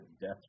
death